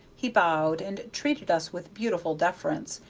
he bowed, and treated us with beautiful deference,